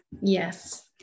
Yes